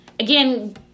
Again